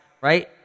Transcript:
right